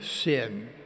sin